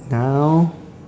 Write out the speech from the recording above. now